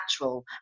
natural